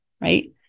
right